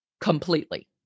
completely